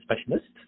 specialists